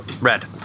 Red